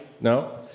No